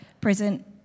present